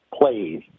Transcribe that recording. plays